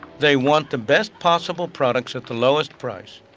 they want the best possible products at the lowest price.